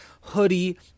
hoodie